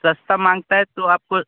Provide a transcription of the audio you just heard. सस्ता माँगता है तो आपको